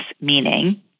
meaning